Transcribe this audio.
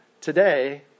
today